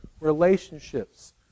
Relationships